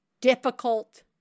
difficult